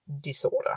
disorder